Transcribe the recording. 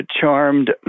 charmed